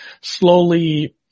slowly